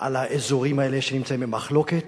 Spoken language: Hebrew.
על האזורים האלה שנמצאים במחלוקת,